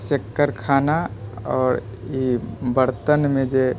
shaker खाना आओर ई बर्तनमे जे